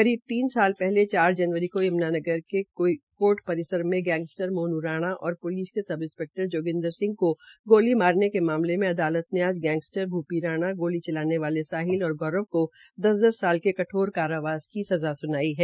करीब चार साल पहले चार पहले जनवरी को यमुना नगर के कोर्ट परिसर में गैंगस्टर मोनू राणा और प्लिस के सब इस्पेक्टर जोगिन्द्रर सिंह को गोली मामले के मामले में अदालत ने आज गैंगस्टर भूप्पी राधा गोली चलाने वाले सहित और गौरव को दस दस साल के कठोर कारावास की सज़ा सुनाई है